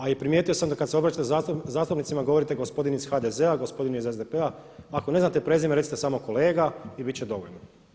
A primijetio sam da kad se obraćate zastupnicima govorite gospodin iz HDZ-a, gospodin iz SDP-a, ako ne znate prezime recite samo kolega i bit će dovoljno.